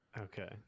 okay